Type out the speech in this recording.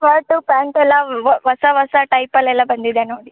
shirt ಪ್ಯಾಂಟೆಲ್ಲ ಹೊಸ ಹೊಸ ಟೈಪಲ್ಲೆಲ್ಲ ಬಂದಿದೆ ನೋಡಿ